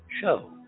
show